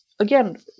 Again